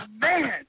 man